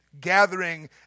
gathering